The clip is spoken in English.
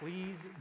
Please